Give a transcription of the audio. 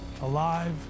alive